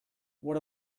what